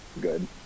good